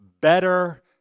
better